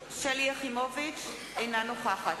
יחימוביץ, אינה נוכחת